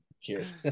Cheers